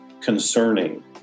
concerning